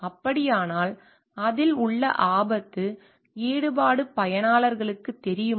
அப்படியானால் அதில் உள்ள ஆபத்து ஈடுபாடு பயனர்களுக்குத் தெரியுமா